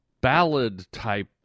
ballad-type